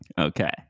Okay